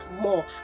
more